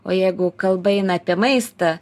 o jeigu kalba eina apie maistą